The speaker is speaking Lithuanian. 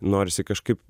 norisi kažkaip